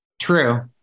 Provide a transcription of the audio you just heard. True